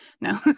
No